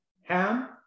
Ham